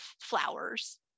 flowers